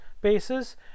bases